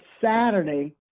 Saturday